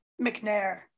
McNair